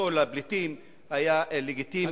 והפיכתו לפליטים היו לגיטימיים,